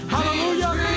Hallelujah